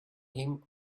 him